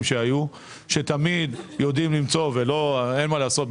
שהיו שתמיד יודעים למצוא ואין מה לעשות,